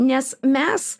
nes mes